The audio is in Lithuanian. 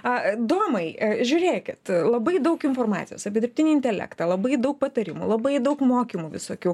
a domai a žiūrėkit labai daug informacijos apie dirbtinį intelektą labai daug patarimų labai daug mokymų visokių